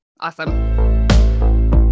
Awesome